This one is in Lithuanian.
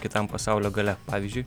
kitam pasaulio gale pavyzdžiui